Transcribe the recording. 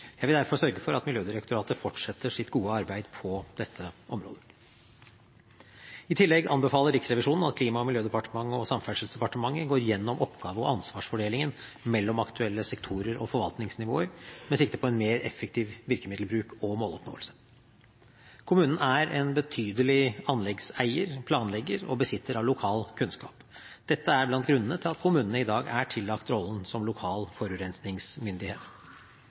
Jeg vil derfor sørge for at Miljødirektoratet fortsetter sitt gode arbeid på dette området. I tillegg anbefaler Riksrevisjonen at Klima- og miljødepartementet og Samferdselsdepartementet går gjennom oppgave- og ansvarsfordelingen mellom aktuelle sektorer og forvaltningsnivåer med sikte på en mer effektiv virkemiddelbruk og måloppnåelse. Kommunen er en betydelig anleggseier, planlegger og besitter av lokal kunnskap. Dette er blant grunnene til at kommunene i dag er tillagt rollen som lokal forurensningsmyndighet.